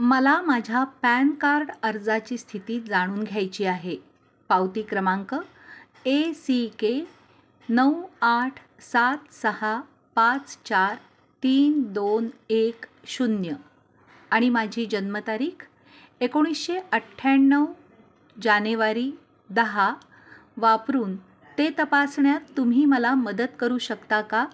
मला माझ्या PAN card अर्जाची स्थिती जाणून घ्यायची आहे पावती क्रमांक ए सी के नऊ आठ सात सहा पाच चार तीन दोन एक शून्य आणि माझी जन्मतारीख एकोणीसशे अठ्ठ्याण्णव जानेवारी दहा वापरून ते तपासण्यात तुम्ही मला मदत करू शकता का